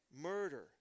murder